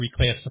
reclassify